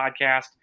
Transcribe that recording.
podcast